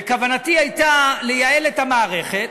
וכוונתי הייתה לייעל את המערכת,